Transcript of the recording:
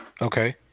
Okay